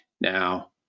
Now